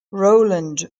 rowland